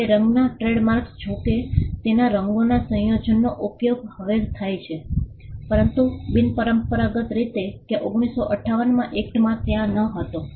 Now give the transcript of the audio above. હવે રંગના ટ્રેડમાર્ક્સ જોકે તેના રંગોના સંયોજનનો હવે ઉપયોગ થાય છે પરંતુ બિનપરંપરાગત રીતે કે 1958 એક્ટમાં ત્યાં ન હતો